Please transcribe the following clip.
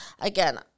again